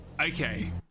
Okay